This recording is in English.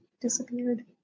disappeared